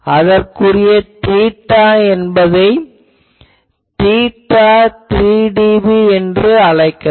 அதற்குரிய தீட்டா என்பதை θ3dB என்று அழைக்கலாம்